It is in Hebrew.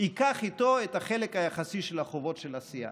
ייקח איתו את החלק היחסי של החובות של הסיעה,